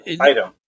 item